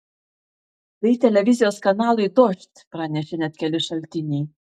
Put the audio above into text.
tai televizijos kanalui dožd pranešė net keli šaltiniai